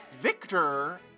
Victor